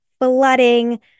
flooding